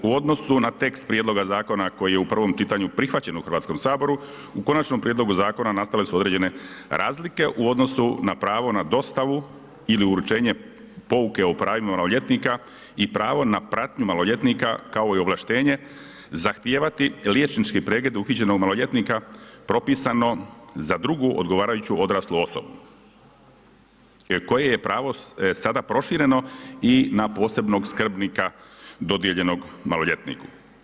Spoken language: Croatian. U odnosu na tekst prijedloga zakona koji je u prvom čitanju prihvaćen u HS-u, u konačnom prijedlogu zakona nastale su određene razlike u odnosu na pravo na dostavu ili uručenje pouke o pravima maloljetnika i pravo na pratnju maloljetnika, kao i ovlaštenje zahtijevati liječnički pregled uhićenog maloljetnika propisano za drugu odgovarajuću odraslu osobu jer koje je pravo sada prošireno i na posebnog skrbnika dodijeljenog maloljetniku.